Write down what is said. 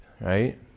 right